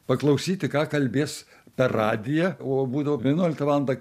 paklausyti ką kalbės per radiją o būdavo vienuoliktą valandą